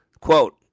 Quote